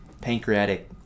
pancreatic